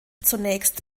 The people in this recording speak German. zunächst